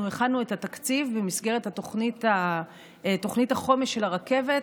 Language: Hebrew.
הכנו את התקציב במסגרת תוכנית החומש של הרכבת,